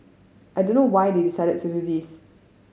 I don't know why they decided to do this